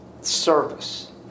service